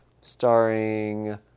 starring